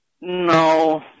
No